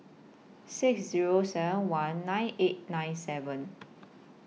six Zero seven one nine eight nine seven